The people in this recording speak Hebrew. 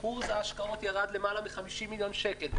אחוז השקעות ירד למעלה מ-50 מיליון שקל.